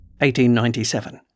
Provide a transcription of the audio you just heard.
1897